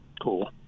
Cool